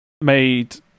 made